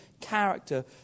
character